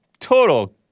Total